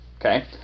Okay